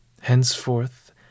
Henceforth